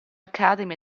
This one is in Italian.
academy